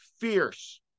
fierce